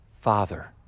Father